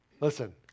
Listen